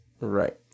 Right